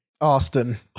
Austin